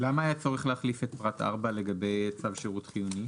למה היה צורך להחליף את פרט (4) לגבי צו שירות חיוני?